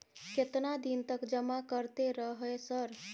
केतना दिन तक जमा करते रहे सर?